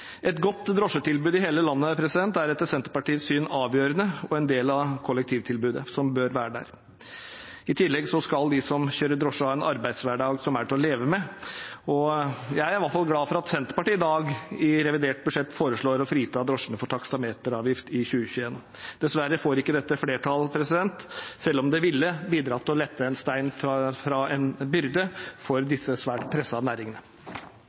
Et godt drosjetilbud i hele landet er etter Senterpartiets syn avgjørende og en del av kollektivtilbudet som bør finnes. I tillegg skal de som kjører drosje, ha en arbeidshverdag som er til å leve med. Jeg er i hvert fall glad for at Senterpartiet i dag i sitt reviderte nasjonalbudsjett foreslår å frita drosjene for taksameteravgift i 2021. Dessverre får ikke dette flertall, selv om det ville ha bidratt til å fjerne en stein fra byrden til disse svært pressede næringene. For